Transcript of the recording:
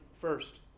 first